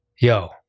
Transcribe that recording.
yo